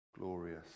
glorious